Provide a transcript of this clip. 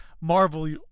Marvel